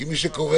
הייתי מבקש